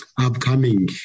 upcoming